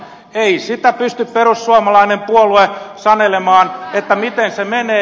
ei sitä pysty perussuomalainen puolue sanelemaan miten se menee